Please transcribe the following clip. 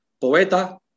Poeta